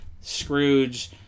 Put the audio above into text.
Scrooge